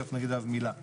תיכף נגיד עליו מילה.